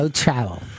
travel